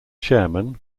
chairman